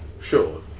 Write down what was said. Sure